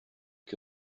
que